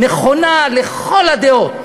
נכונה לכל הדעות.